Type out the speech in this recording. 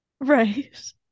Right